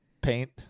paint